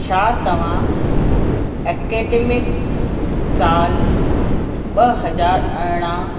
छा तव्हां अकैडमिक सालु ॿ हजार अरिड़हं